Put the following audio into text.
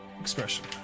expression